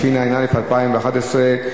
התשע"א 2011,